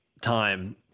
time